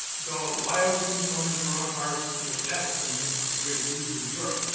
and so why are we seeing so many coronavirus, you know, deaths and severe diseases in europe?